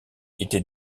était